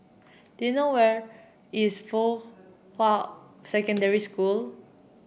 do you know where is Fuhua Secondary School